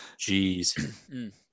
Jeez